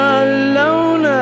alone